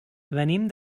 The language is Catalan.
venim